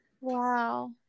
Wow